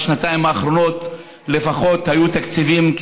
בשנתיים האחרונות לפחות היו תקציבים,